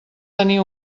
tenir